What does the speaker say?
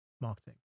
marketing